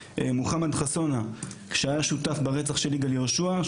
מוחמד חסונה שהיה שותף ברצח של יגאל יהושוע,